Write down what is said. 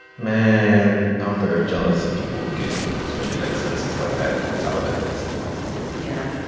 man, i'm very jealous of people who can string together sentences like that off the top of their heads yeah.